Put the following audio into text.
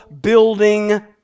building